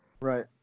Right